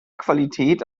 qualität